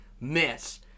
miss